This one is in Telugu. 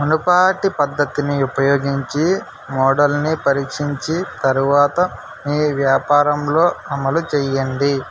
మునుపటి పద్ధతిని ఉపయోగించి మోడల్ని పరీక్షించి తరువాత మీ వ్యాపారంలో అమలు చేయండి